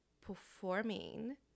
performing